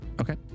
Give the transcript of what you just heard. Okay